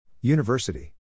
University